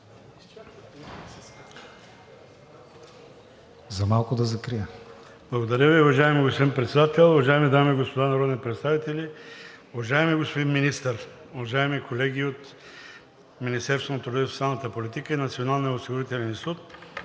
АДЕМОВ (ДПС): Благодаря Ви. Уважаеми господин Председател, уважаеми дами и господа народни представители, уважаеми господин Министър, уважаеми колеги от Министерството на труда и социалната политика и Националния осигурителен институт!